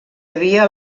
havia